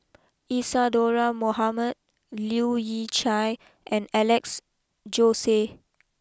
Isadhora Mohamed Leu Yew Chye and Alex Josey